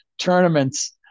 tournaments